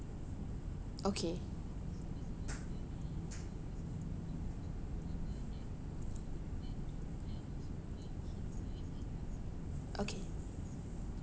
okay okay